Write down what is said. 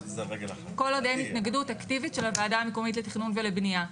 כל עוד אין התנגדות אקטיבית של הוועדה המקומית לתכנון ולבנייה.